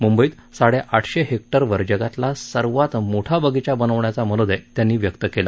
मुंबईत साडेआठशे हेक्टरवर जगातला सर्वात मोठा बगीचा बनवण्याचा मनोदय त्यांनी व्यक्त केला